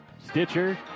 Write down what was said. Stitcher